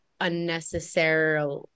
unnecessary